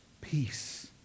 peace